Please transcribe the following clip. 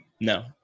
No